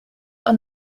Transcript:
are